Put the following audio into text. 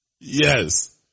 yes